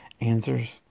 answers